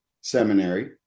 Seminary